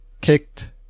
kicked